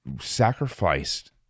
sacrificed